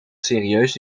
serieus